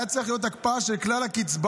הייתה צריכה להיות הקפאה של כלל הקצבאות,